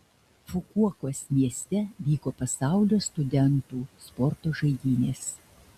fukuokos mieste vyko pasaulio studentų sporto žaidynės